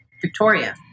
Victoria